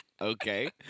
Okay